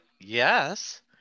yes